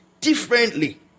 differently